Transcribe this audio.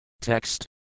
Text